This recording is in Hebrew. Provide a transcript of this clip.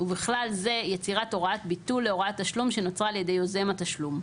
ובכלל זה יצירת הוראת ביטול להוראת תשלום שנוצרה על ידי יוזם התשלום,